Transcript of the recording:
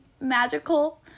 magical